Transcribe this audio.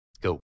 Go